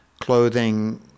clothing